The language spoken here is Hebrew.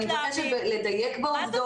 אני מבקשת לדייק בעובדות.